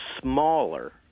smaller